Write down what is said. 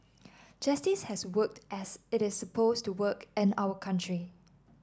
justice has worked as it is supposed to work in our country